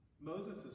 Moses